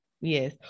Yes